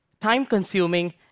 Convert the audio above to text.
time-consuming